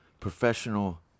professional